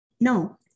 No